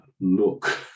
look